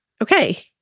okay